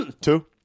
two